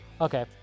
Okay